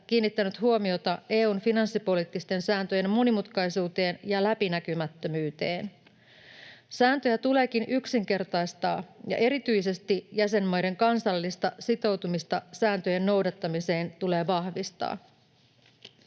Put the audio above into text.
kiinnittänyt huomiota EU:n finanssipoliittisten sääntöjen monimutkaisuuteen ja läpinäkymättömyyteen. Sääntöjä tuleekin yksinkertaistaa, ja erityisesti jäsenmaiden kansallista sitoutumista sääntöjen noudattamiseen tulee vahvistaa.